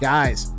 Guys